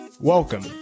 Welcome